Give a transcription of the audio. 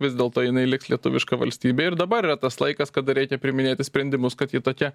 vis dėlto jinai liks lietuviška valstybė ir dabar yra tas laikas kada reikia priiminėti sprendimus kad ji tokia